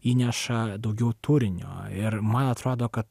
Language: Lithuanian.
įneša daugiau turinio ir man atrodo kad